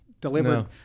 delivered